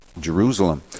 Jerusalem